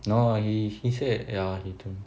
no he he said ya he told me